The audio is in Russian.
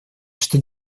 что